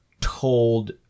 told